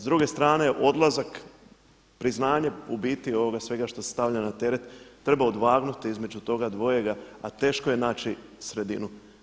S druge strane odlazak, priznanje u biti ovog svega što se stavlja na teret treba odvagnuti između toga dvojega, a teško je naći sredinu.